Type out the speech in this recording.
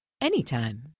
anytime